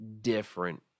different